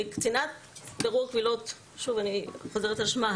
קצינת בירור קבילות, הדס,